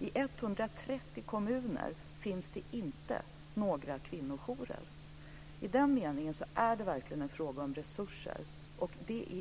I 130 kommuner finns det inte några kvinnojourer. I den meningen är det verkligen en fråga om resurser.